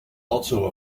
also